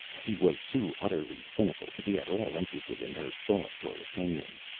he was too utterly cynical to be at all interested in her thoughts or opinions.